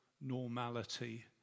normality